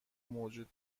موجود